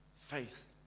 Faith